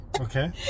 Okay